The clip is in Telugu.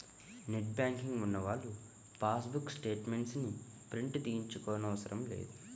నెట్ బ్యాంకింగ్ ఉన్నవాళ్ళు పాస్ బుక్ స్టేట్ మెంట్స్ ని ప్రింట్ తీయించుకోనవసరం లేదు